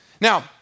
Now